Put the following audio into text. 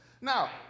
Now